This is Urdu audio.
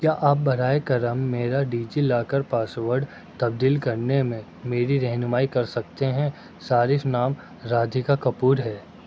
کیا آپ براہ کرم میرا ڈیجی لاکر پاس ورڈ تبدیل کرنے میں میری رہنمائی کر سکتے ہیں صارف نام رادکھا کپور ہے